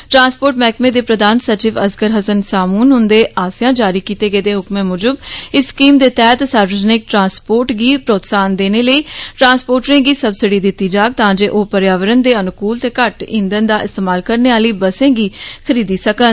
transport मैहकमे दे प्रधान सचिव असगर हस्सन सामून हुंदे आसेआ जारी कीते गेदे हुक्मै मुजब इस स्कीम दे तैहत सार्वजनिक ट्रांसपोर्ट गी प्रोत्साहन देने लेई ट्रांसपोर्टरें गी सब्सिडी दित्ती जाग तांजे ओह पर्यावरण दे अनुकूल ते घट्ट ईंधन दा इस्तेमाल करने आहली बर्से गी खरीदी सकन